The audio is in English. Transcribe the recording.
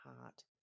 heart